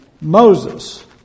Moses